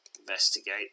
Investigate